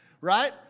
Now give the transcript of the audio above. right